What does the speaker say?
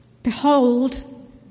Behold